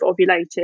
ovulated